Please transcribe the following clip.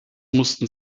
mussten